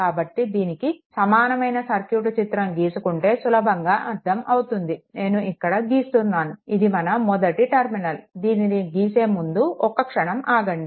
కాబట్టి దీనికి సమానమైన సర్క్యూట్ చిత్రం గీసుకుంటే సులభంగా అర్థం అవుతుంది నేను ఇక్కడ గీస్తున్నాను ఇది మన మొదటి టర్మినల్ దీనిని గీసే ముందు ఒక్క క్షణం ఆగండి